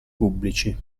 pubblici